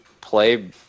play